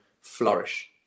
flourish